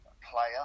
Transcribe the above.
player